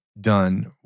done